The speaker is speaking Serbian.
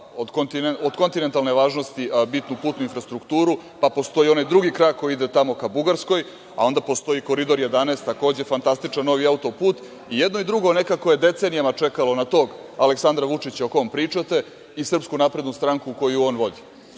od kontinentalne važnosti je i bitna infrastruktura. Postoji i onaj drugi krak koji ide tamo ka Bugarskoj, a onda postoji Koridor 11, takođe fantastičan novi auto-put. I jedno i drugo je nekako decenijama čekalo na tog Aleksandra Vučića o kome pričate i SNS, koju on vodi. Reći